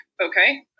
okay